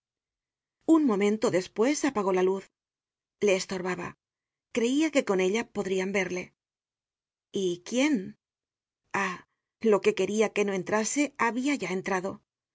un momento despues apagó la luz le estorbaba creia que con ella podrian verle y quién ah lo que queria que no entrase habia ya entrado